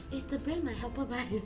it's the brand my helper buys.